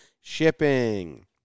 shipping